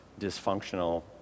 dysfunctional